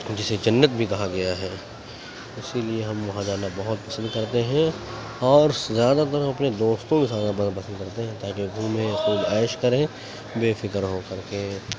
جسے جنت بھی کہا گیا ہے اسی لیے ہم وہاں جانا بہت پسند کرتے ہیں اور زیادہ تر اپنے دوستوں کے ساتھ پسند کرتے ہیں تا کہ گھومیں خوب عیش کریں بے فکر ہو کر کے